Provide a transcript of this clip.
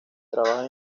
trabaja